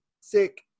sick